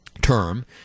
term